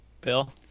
bill